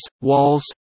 walls